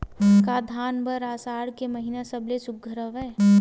का धान बर आषाढ़ के महिना सबले सुघ्घर हवय?